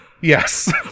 Yes